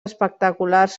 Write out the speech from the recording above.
espectaculars